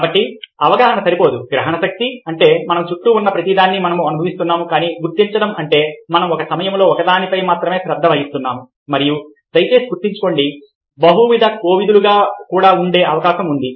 కాబట్టి అవగాహన సరిపోదు గ్రహణశక్తి అంటే మన చుట్టూ ఉన్న ప్రతిదాన్ని మనం అనుభవిస్తున్నాము కానీ గుర్తించడం అంటే మనం ఒక సమయంలో ఒకదానిపై మాత్రమే శ్రద్ధ వహిస్తున్నాము మరియు దయచేసి గుర్తుంచుకోండి బహువిధ కోవిధులుగా కూడా ఉండే అవకాశం ఉంది